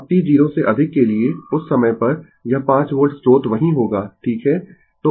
अब t 0 से अधिक के लिए उस समय पर यह 5 वोल्ट स्रोत वहीं होगा ठीक है